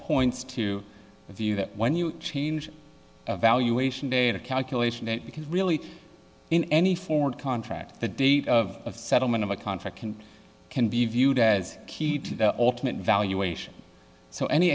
points to the view that when you change a valuation date a calculation it because really in any forward contract the date of settlement of a contract can can be viewed as key to the ultimate valuation so any